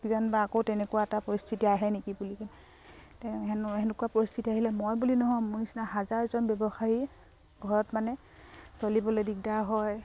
কিজান বা আকৌ তেনেকুৱা এটা পৰিস্থিতি আহে নেকি বুলি কেনে তেওঁ সেনেকুৱা পৰিস্থিতি আহিলে মই বুলি নহয় ম নিচিনা হাজাৰজন ব্যৱসায়ী ঘৰত মানে চলিবলৈ দিগদাৰ হয়